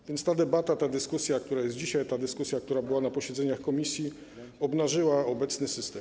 A więc ta debata, ta dyskusja, która jest dzisiaj, ta dyskusja, która była na posiedzeniach komisji, obnażyła obecny system.